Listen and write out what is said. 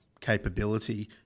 capability